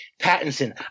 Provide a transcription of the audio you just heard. pattinson